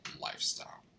lifestyle